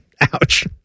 Ouch